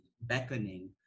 beckoning